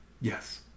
Yes